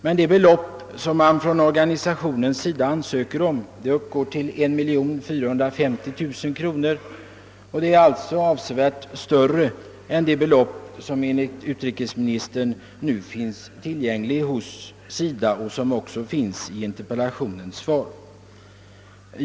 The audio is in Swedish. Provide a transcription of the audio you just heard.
Det belopp som organisationen ansöker om uppgår till 1 450 000 kronor, alltså ett avsevärt större belopp än det som enligt utrikesministern nu finns tillgängligt hos SIDA och som omnämns i interpellationssvaret.